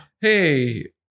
hey